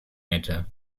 hätte